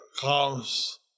comes